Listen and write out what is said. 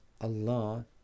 Allah